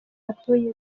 batuye